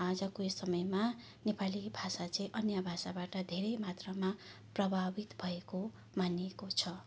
आजको यो समयमा नेपाली भाषा चाहिँ अन्य भाषाबाट धेरै मात्रामा प्रभावित भएको मानिएको छ